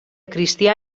cristià